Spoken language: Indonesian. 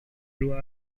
dua